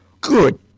good